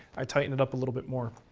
i'd tighten it up a little bit more.